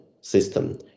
system